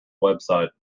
website